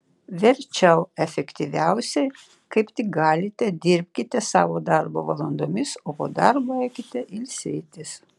verčiau efektyviausiai kaip tik galite dirbkite savo darbo valandomis o po darbo eikite ilsėtis